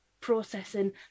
processing